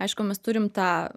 aišku mes turim tą